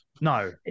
No